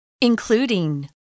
Including